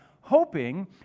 hoping